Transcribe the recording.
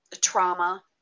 trauma